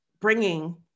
bringing